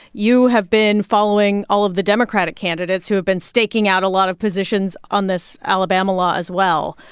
you have been following all of the democratic candidates who have been staking out a lot of positions on this alabama law, as well.